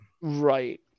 Right